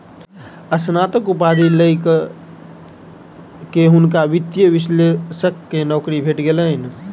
स्नातक उपाधि लय के हुनका वित्तीय विश्लेषक के नौकरी भेट गेलैन